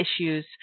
issues